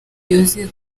yuzuye